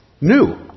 new